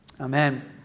Amen